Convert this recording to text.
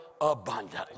abundantly